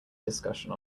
discussion